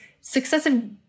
successive